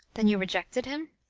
then you rejected him?